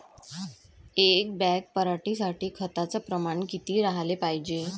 एक बॅग पराटी साठी खताचं प्रमान किती राहाले पायजे?